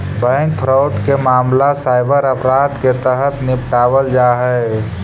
bank fraud के मामला cyber अपराध के तहत निपटावल जा हइ